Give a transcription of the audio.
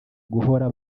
guhora